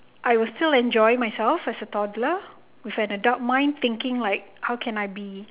I will still enjoy myself as a toddler with an adult mind thinking like how can I be